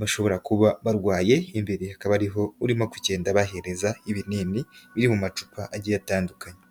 bashobora kuba barwaye, imbere haka hariho urimo kugenda abahereza ibinini, biri mu macupa agiye atandukanye.